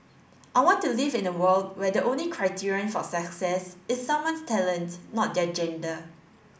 I want to live in a world where the only criterion for success is someone's talent not their gender